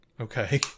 Okay